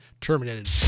terminated